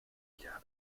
wieder